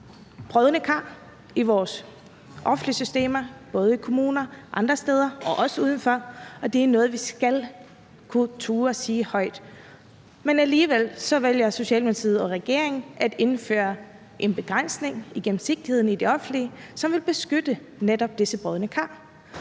brodne kar i vores offentlige systemer både i kommunerne og andre steder, og det er noget, vi skal kunne turde sige højt. Alligevel vælger Socialdemokratiet og regeringen at indføre en begrænsning af gennemsigtigheden i det offentlige, som vil beskytte netop disse brodne kar.